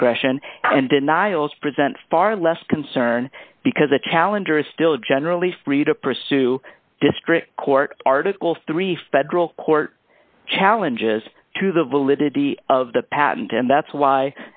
discretion and denials present far less concern because a challenger is still generally free to pursue district court article three federal court challenges to the validity of the patent and that's why